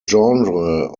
genre